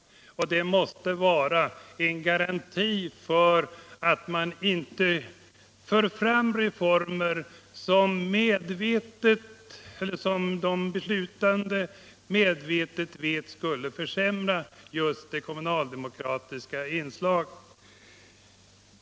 Detta måste vara en garanti för att man inte genomför reformer som de beslutande är medvetna om skulle försämra just det kommunaldemokratiska inslaget.